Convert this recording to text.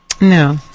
No